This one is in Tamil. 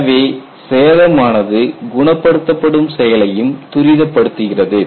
எனவே சேதம் ஆனது குணப்படுத்தப்படும் செயலையும் துரிதப்படுத்துகிறது